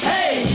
Hey